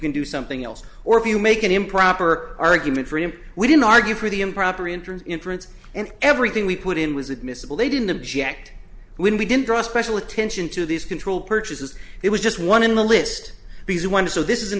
can do something else or if you make an improper argument for him we didn't argue for the improper interest inference and everything we put in was admissible they didn't object when we didn't draw special attention to these control purchases it was just one in the list because you want to so this is an